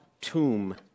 tomb